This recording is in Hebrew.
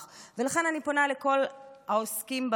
לכן אני פונה לכל העוסקים במלאכה: